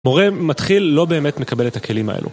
מורה מתחיל לא באמת מקבל את הכלים האלו.